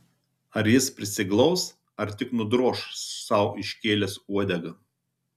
ar jis prisiglaus ar tik nudroš sau iškėlęs uodegą